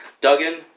Duggan